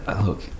look